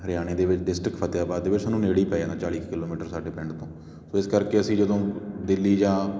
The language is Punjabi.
ਹਰਿਆਣੇ ਦੇ ਵਿੱਚ ਡਿਸਟ੍ਰਿਕਟ ਫ਼ਤਿਹਾਬਾਦ ਦੇ ਵਿੱਚ ਸਾਨੂੰ ਨੇੜੇ ਪੈ ਜਾਂਦਾ ਚਾਲੀ ਕੁ ਕਿਲੋਮੀਟਰ ਸਾਡੇ ਪਿੰਡ ਤੋਂ ਸੋ ਇਸ ਕਰਕੇ ਅਸੀਂ ਜਦੋਂ ਦਿੱਲੀ ਜਾਂ